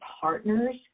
partners